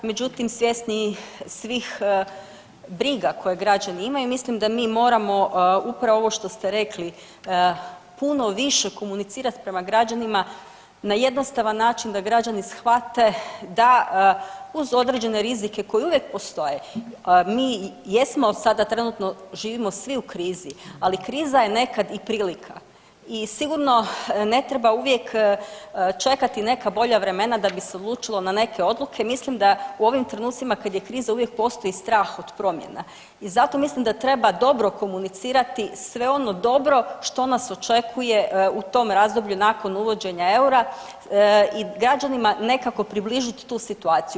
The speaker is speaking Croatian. Međutim, svjesni svih briga koje građani imaju, mislim da mi moramo, upravo ovo što ste rekli, puno više komunicirati prema građanima na jednostavan način da građani shvate da uz određene rizike koji uvijek postoje, mi jedno sada trenutno živimo svi u krizi, ali kriza je nekad i prilika i sigurno ne treba uvijek čekati neka bolja vremena da bi se odlučilo na neke odluke, mislim da u ovim trenucima, kad je kriza, uvijek postoji strah od promjena i zato mislim da treba dobro komunicirati sve ono dobro što nas očekuje u tom razdoblju nakon uvođenja eura i građanima nekako približiti tu situaciju.